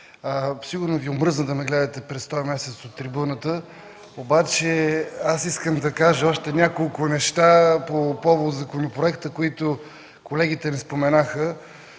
Сигурно Ви омръзна да ме гледате през този месец от трибуната, обаче искам да кажа още няколко неща по повод законопроекта, които колегите не споменаха.